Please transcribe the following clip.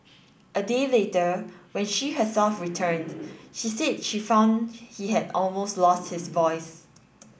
a day later when she herself returned she said she found he had almost lost his voice